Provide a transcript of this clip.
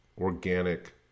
organic